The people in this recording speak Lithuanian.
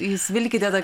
jūs vilkite